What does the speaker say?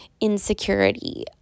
insecurity